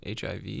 HIV